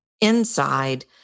inside